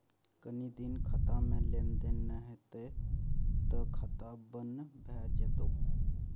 कनी दिन खातामे लेन देन नै हेतौ त खाता बन्न भए जेतौ